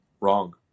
wrong